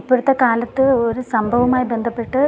ഇപ്പോഴത്തെ കാലത്ത് ഒരു സംഭവവുമായി ബന്ധപ്പെട്ട്